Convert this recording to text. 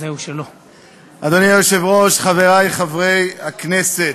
אדוני היושב-ראש, חברי חברי הכנסת,